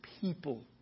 people